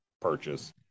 purchase